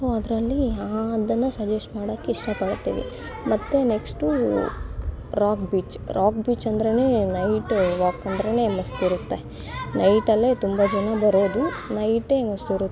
so ಅದರಲ್ಲಿ ಆ ಅದನ್ನು ಸಜೆಸ್ಟ್ ಮಾಡೋಕೆ ಇಷ್ಟ ಪಡುತ್ತೇವೆ ಮತ್ತು ನೆಕ್ಸ್ಟು ರಾಕ್ ಬೀಚ್ ರಾಕ್ ಬೀಚಂದ್ರೇನೆ ನೈಟ ವಾಕ್ ಅಂದರೇನೇ ಮಸ್ತಿರುತ್ತೆ ನೈಟಲ್ಲೇ ತುಂಬ ಜನ ಬರೋದು ನೈಟೇ ಮಸ್ತಿರುತ್ತೆ